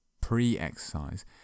pre-exercise